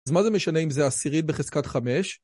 אז מה זה משנה אם זה עשירית בחזקת 5?